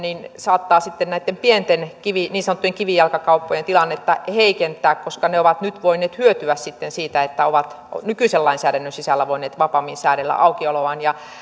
saattaa näitten pienten niin sanottujen kivijalkakauppojen tilannetta heikentää koska ne ovat nyt voineet hyötyä siitä että ovat nykyisen lainsäädännön sisällä voineet vapaammin säädellä aukioloaan